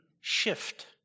Shift